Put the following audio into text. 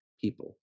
people